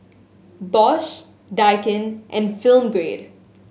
Bosch Daikin and Film Grade